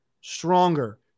stronger